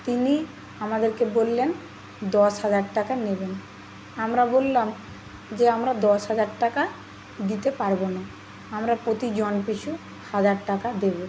তিনি আমাদেরকে বললেন দশ হাজার টাকা নেবেন আমরা বললাম যে আমরা দশ হাজার টাকা দিতে পারবো না আমরা প্রতিজন পিছু হাজার টাকা দেবো